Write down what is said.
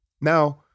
Now